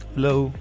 low